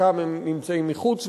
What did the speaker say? בחלקם נמצאים מחוץ